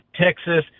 Texas